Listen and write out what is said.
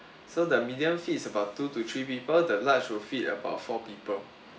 so the medium feed is about two to three people the large will feed about four people